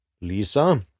Lisa